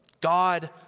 God